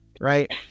right